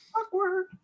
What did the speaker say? Awkward